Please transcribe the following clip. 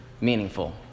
meaningful